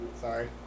sorry